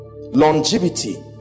Longevity